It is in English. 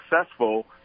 successful